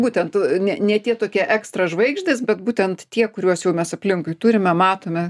būtent ne ne tie tokie ekstra žvaigždės bet būtent tie kuriuos jau mes aplinkui turime matome